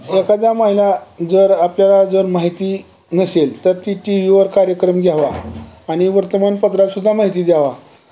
एखाद्या महिला जर आपल्याला जर माहिती नसेल तर ती टी व्ही वर कार्यक्रम घ्यावा आणि वर्तमानपत्रातसुद्धा माहिती द्यावा